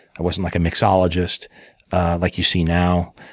i wasn't like a mixologist like you see now.